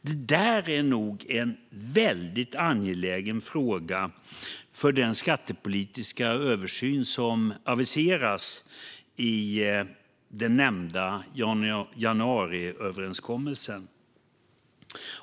Det där är nog en väldigt angelägen fråga för den skattepolitiska översyn som aviseras i den nämnda januariöverenskommelsen.